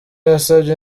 yasabye